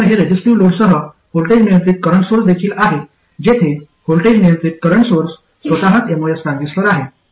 खरं तर हे रेझिस्टिव्ह लोडसह व्होल्टेज नियंत्रित करंट सोर्स देखील आहे जेथे व्होल्टेज नियंत्रित करंट सोर्स स्वतःच एमओएस ट्रान्झिस्टर आहे